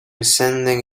sending